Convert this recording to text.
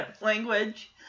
language